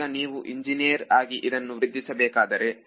ಈಗ ನೀವು ಇಂಜಿನಿಯರ್ ಆಗಿ ಇದನ್ನು ವೃದ್ಧಿಸಬೇಕಾದರೆ